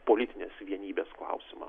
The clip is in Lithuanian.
politinės vienybės klausimą